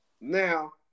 Now